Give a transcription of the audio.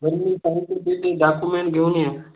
घरी मी सांगितलं ते ते डाक्युमेंट घेऊन या